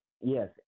Yes